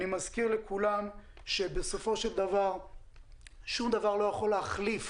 אני מזכיר לכולם שבסופו של דבר שום דבר לא יכול להחליף